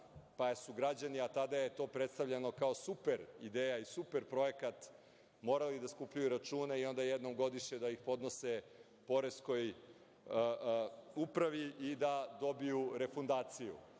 pa su građani, a tada je to predstavljano kao super ideja i super projekat, morali da skupljaju račune i onda jednom godišnje da ih podnose poreskoj upravi i da dobiju refundaciju. Sada,